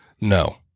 no